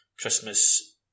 Christmas